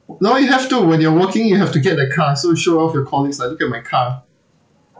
no you have to when you're working you have to get a car so you show off your colleagues like look at my car